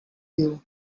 you